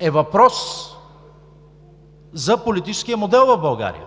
е въпрос за политическия модел в България,